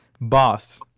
Boss